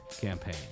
campaign